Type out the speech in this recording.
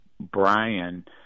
Brian